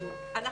מקדים.